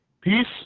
Peace